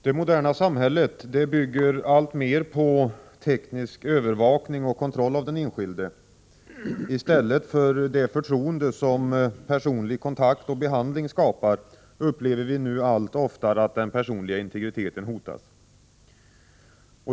Herr talman! Det moderna samhället bygger alltmer på teknisk övervakning och kontroll av den enskilde. I stället för det förtroende som personlig kontakt och behandling skapar upplever vi allt oftare att den personliga integriteten hotas.